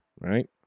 right